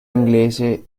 inglese